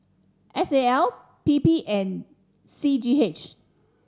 S A L P P and C G H